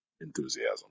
enthusiasm